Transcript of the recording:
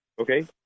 Okay